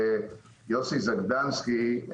יוסי זגדנסקי,